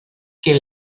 que